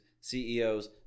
CEOs